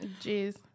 Jeez